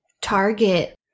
target